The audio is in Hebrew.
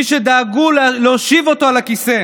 למי שדאגו להושיב אותו על הכיסא,